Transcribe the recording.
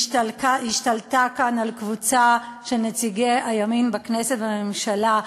שהשתלטה כאן על קבוצה של נציגי הימין בכנסת ובממשלה.